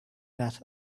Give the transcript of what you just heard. that